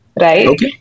right